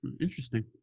interesting